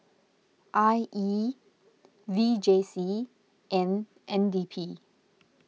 I E V J C and N D P